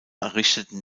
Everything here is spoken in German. errichteten